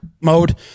mode